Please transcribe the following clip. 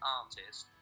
artist